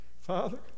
Father